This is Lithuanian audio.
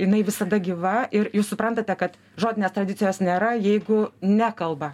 jinai visada gyva ir jūs suprantate kad žodinės tradicijos nėra jeigu nekalba